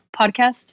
podcast